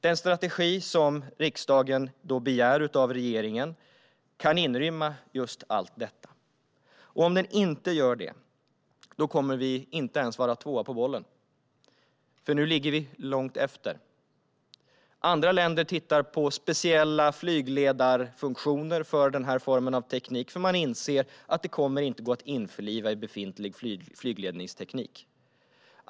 Den strategi som riksdagen begär av regeringen kan inrymma allt detta. Om den inte gör det kommer vi inte ens att vara tvåa på bollen, för nu ligger vi långt efter. Andra länder tittar på speciella flygledarfunktioner för denna form av teknik, för man inser att den inte kommer att kunna införlivas i befintlig flygledningsteknik.